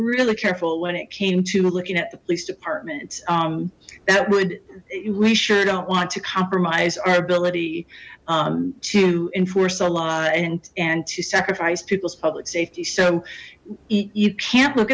really careful when it came to looking at the police department that would we sure don't want to compromise our ability to enforce a law and and to sacrifice people's public safe so you can't look